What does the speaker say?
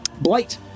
blight